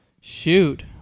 Shoot